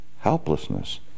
helplessness